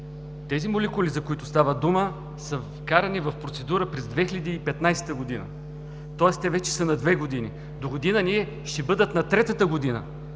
Молекулите, за които става дума, са вкарани в процедура през 2015 г., тоест те вече са на две години. Догодина ще бъдат на третата година.